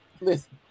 Listen